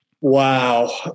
wow